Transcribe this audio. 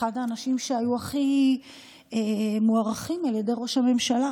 אחד האנשים שהיו הכי מוערכים על ידי ראש הממשלה.